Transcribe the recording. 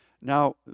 Now